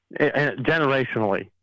generationally